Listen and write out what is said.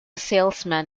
salesman